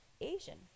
Asian